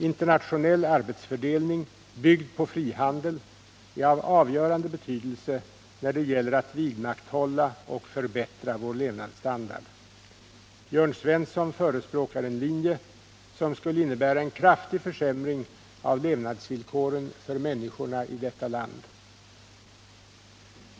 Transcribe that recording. Internationell arbetsfördelning byggd på frihandel är av avgörande betydelse när det gäller att vidmakthålla och förbättra vår levnadsstandard. Jörn Svensson förespråkar en linje, som skulle innebära en kraftig försämring av levnadsvillkoren för människorna i detta land.